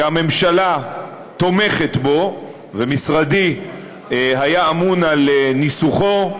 שהממשלה תומכת בו, ומשרדי היה אמון על ניסוחו,